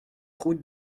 route